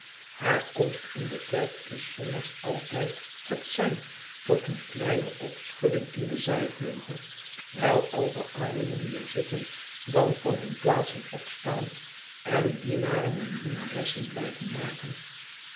haar komst in de kerk is s zondags altijd het sein tot een kleine opschudding in den zijvleugel wijl al de armen die er zitten dan van hun plaatsen opstaan en dienaren en dienaressen blijven maken